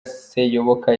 seyoboka